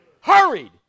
hurried